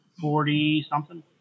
Forty-something